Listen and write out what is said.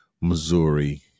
Missouri